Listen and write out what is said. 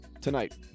tonight